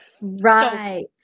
Right